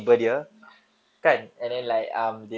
ah ah ah a'ah